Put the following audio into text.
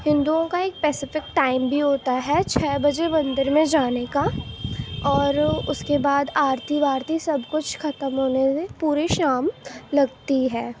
ہندوؤں کا ایک اسپیسیفک ٹائم بھی ہوتا ہے چھ بجے مندر میں جانے کا اور اس کے بعد آرتی وارتی سب کچھ ختم ہونے میں پوری شام لگتی ہے